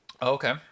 Okay